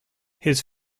his